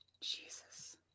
Jesus